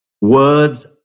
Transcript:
Words